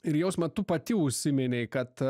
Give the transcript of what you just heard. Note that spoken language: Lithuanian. ir jausme tu pati užsiminei kad